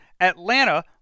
Atlanta